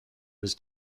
was